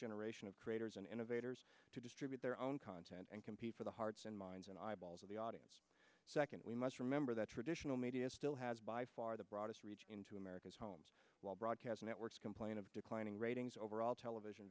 generation of creators and innovators to distribute their own content and compete for the hearts and minds and eyeballs of the audience second we must remember that traditional media still has by far the broadest reach into america's homes while broadcast networks complain of declining ratings overall television